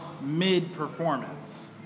mid-performance